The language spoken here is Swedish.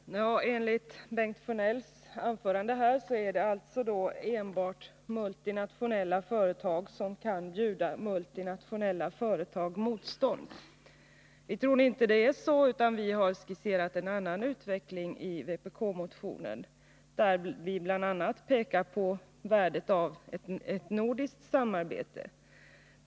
Herr talman! Enligt Bengt Sjönell är det enbart multinationella företag som kan bjuda multinationella företag motstånd. Vi tror inte att det är så. Vi har därför i vpk-motionen skisserat en annan utveckling. Vi pekar bl.a. på värdet av ett nordiskt samarbete.